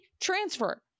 transfer